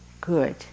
good